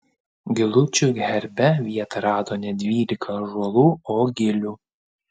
gilučių herbe vietą rado ne dvylika ąžuolų o gilių